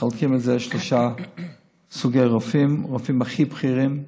מחלקים את זה לשלושה סוגי רופאים: הרופאים הכי בכירים,